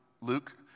Luke